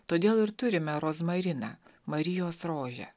todėl ir turime rozmariną marijos rožę